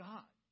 God